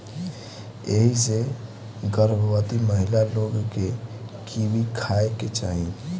एही से गर्भवती महिला लोग के कीवी खाए के चाही